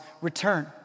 return